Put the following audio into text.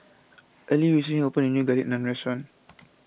Earlie recently opened a new Garlic Naan restaurant